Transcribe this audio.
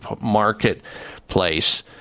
marketplace